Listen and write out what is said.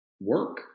work